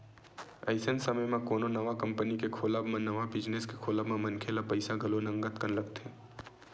अइसन समे म कोनो नवा कंपनी के खोलब म नवा बिजनेस के खोलब म मनखे ल पइसा घलो नंगत कन लगथे